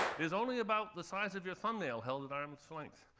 is only about the size of your thumbnail held at arms length.